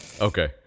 Okay